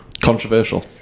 controversial